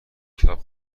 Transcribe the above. کتاب